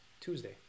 Tuesday